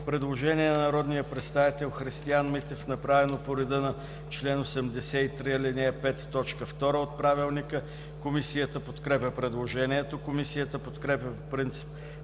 предложение на народния представител Христиан Митев, направено по реда на чл. 83, ал. 5, т. 2 от Правилника. Комисията подкрепя предложението. Комисията подкрепя по принцип